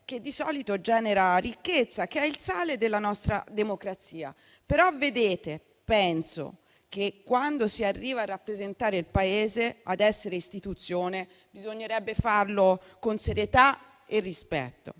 che di solito genera ricchezza, che è il sale della nostra democrazia. Ma, quando si arriva a rappresentare il Paese, a essere istituzione, bisognerebbe farlo con serietà e rispetto.